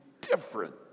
different